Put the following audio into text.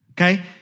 okay